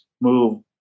move